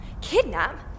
Kidnap